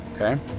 Okay